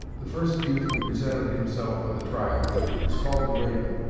the first youth who presented himself for the trial was called the raven,